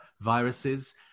viruses